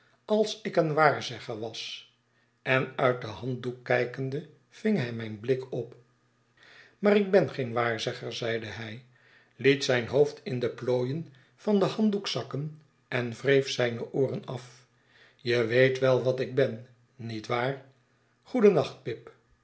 als ik een waarzegger was en uit den handdoek kijkende ving hij mijn blik op maar ik ben geen waarzegger zeide hij liet zijn hoofd in de plooien van den handdoek zakken en wreef zijne ooren af je weet wel wat ik ben niet waar goedennacht pip